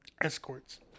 Escorts